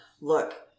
look